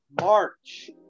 March